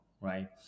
right